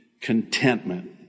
contentment